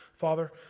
Father